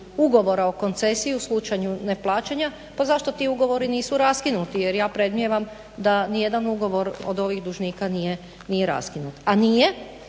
ugovora o koncesiji u slučaju neplaćanja pa zašto ti ugovori nisu raskinuti jer ja predmnijevam da nijedan ugovor od ovih dužnika nije raskinut. A nije